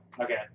Okay